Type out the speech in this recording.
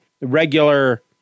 regular